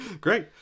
great